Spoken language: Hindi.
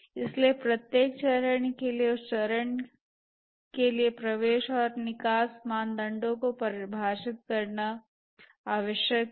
इसलिए प्रत्येक चरण के लिए उस चरण के लिए प्रवेश और निकास मानदंडों को परिभाषित करना आवश्यक है